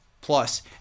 Plus